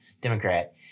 Democrat